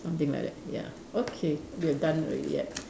something like that ya okay we're done already right